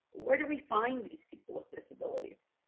where do we find these people with disabilities?